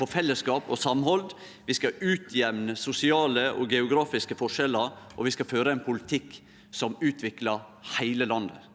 på fellesskap og samhald, vi skal utjamne sosiale og geografiske forskjellar, og vi skal føre ein politikk som utviklar heile landet